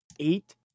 eight